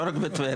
לא רק בטבריה.